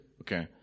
okay